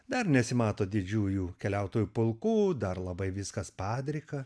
dar nesimato didžiųjų keliautojų pulkų dar labai viskas padrika